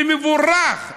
ומבורך,